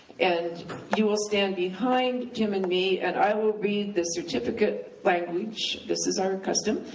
and you will stand behind jim and me and i will read the certificate language, this is our custom,